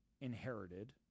inherited